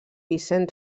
vicent